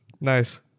Nice